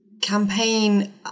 campaign